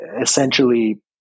essentially